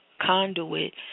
conduit